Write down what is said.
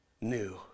new